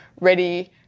ready